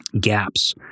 gaps